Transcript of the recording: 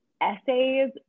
essays